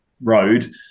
road